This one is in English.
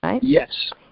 Yes